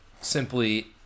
simply